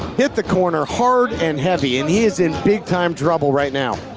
hit the corner hard and heavy and he is in big time trouble right now.